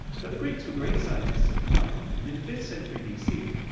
but the greeks were great scientists of the mind and in the fifth century b c,